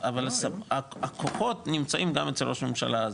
אבל הכוחות נמצאים גם אצל ראש הממשלה הנוכחי,